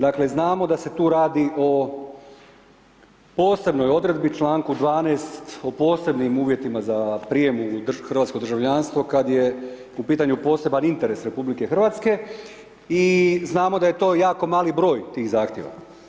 Dakle znamo da se tu radi o posebnoj odredbi, članku 12. o posebnim uvjetima za prijem u hrvatsko državljanstvo kada je u pitanju poseban interes RH i znamo da je to jako mali broj tih zahtjeva.